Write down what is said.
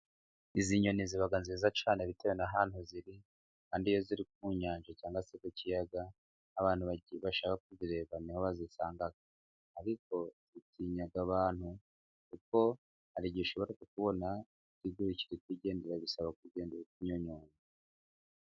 Izi nyoni ziba nziza cyane bitewe n'ahantu ziri, kandi iyo ziri ku nyanja cyangwa se ku kiyaga, abantu bashaka kuzireba ni ho bazisanga. Ariko zitinya abantu, kuko hari igihe ishobora kubona ikigurikira ikigendera, bisaba kugenda uri kunyonyomba.